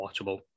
watchable